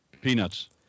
Peanuts